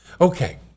Okay